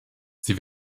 sie